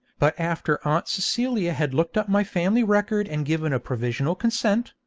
but after aunt celia had looked up my family record and given a provisional consent,